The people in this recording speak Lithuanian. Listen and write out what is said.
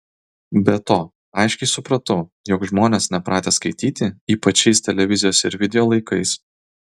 be to aiškiai supratau jog žmonės nepratę skaityti ypač šiais televizijos ir video laikais